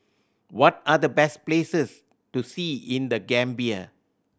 what are the best places to see in The Gambia